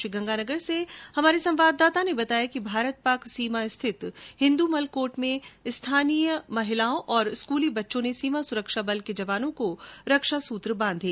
श्रीगंगानगर से हमारे संवाददाता ने बताया कि भारत पाक सीमा पर रिथत हिन्दुमलकोट में स्थानीय महिलाओं और स्कूली बच्चों ने सीमा सुरक्षा बल के जवानों को रक्षा सूत्र बांधे